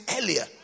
earlier